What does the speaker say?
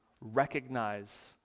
recognize